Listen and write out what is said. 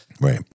Right